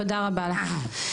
תודה רבה לך.